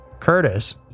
Curtis